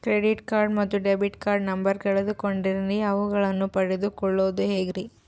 Credit card ಮತ್ತು debit card number ಕಳೆದುಕೊಂಡಿನ್ರಿ ಅವುಗಳನ್ನ ಪಡೆದು ಕೊಳ್ಳೋದು ಹೇಗ್ರಿ?